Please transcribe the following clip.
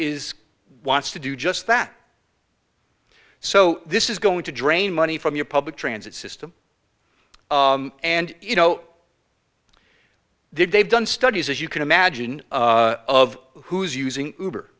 is wants to do just that so this is going to drain money from your public transit system and you know they've they've done studies as you can imagine of who's using